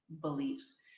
beliefs